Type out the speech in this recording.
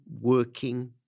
working